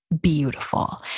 beautiful